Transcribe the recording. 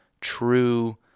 true